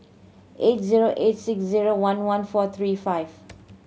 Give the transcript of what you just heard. eight zero eight six zero one one four three five